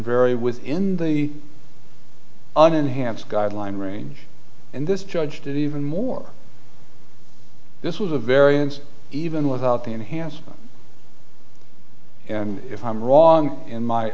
very within the an enhanced guideline range and this judge did even more this was a variance even without the enhancement and if i'm wrong in my